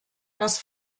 das